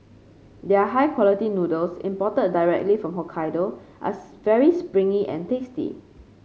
their high quality noodles imported directly from Hokkaido are very springy and tasty